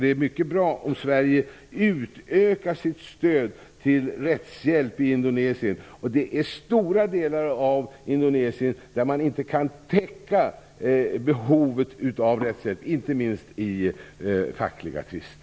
Det är mycket bra om Sverige utökar sitt stöd till rättshjälp i Indonesien. I stora delar av Indonesien kan man inte täcka behovet av rättshjälp -- inte minst i fackliga tvister.